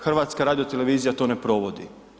HRT to ne provodi.